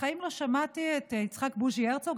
בחיים לא שמעתי את יצחק בוז'י הרצוג,